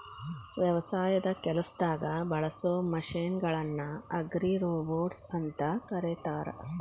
ವ್ಯವಸಾಯದ ಕೆಲಸದಾಗ ಬಳಸೋ ಮಷೇನ್ ಗಳನ್ನ ಅಗ್ರಿರೋಬೊಟ್ಸ್ ಅಂತ ಕರೇತಾರ